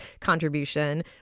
contribution